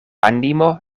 animo